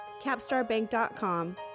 capstarbank.com